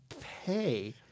pay